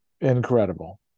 Incredible